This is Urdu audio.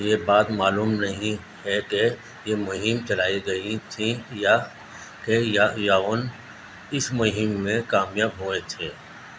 یہ بات معلوم نہیں ہے کہ یہ مہم چلائی گئی تھی یا کہ یاون اس مہم میں کامیاب ہوئے تھے